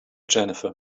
jennifer